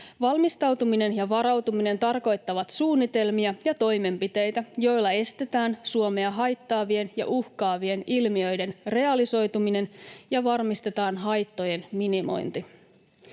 Valmistautuminen ja varautuminen tarkoittavat suunnitelmia ja toimenpiteitä, joilla estetään Suomea haittaavien ja uhkaavien ilmiöiden realisoituminen ja varmistetaan haittojen minimointi.